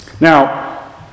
Now